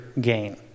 gain